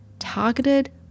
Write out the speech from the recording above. Targeted